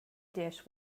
dish